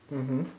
mmhmm